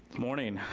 morning,